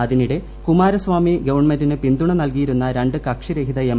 അതിനിടെ കുമാരസ്വാമി ഗവൺമെന്റിന് പിൻതുണ നൽകിയിരുന്ന രണ്ട് കക്ഷിരഹിത എം